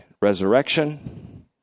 resurrection